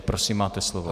Prosím, máte slovo.